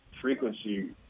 frequency